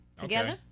together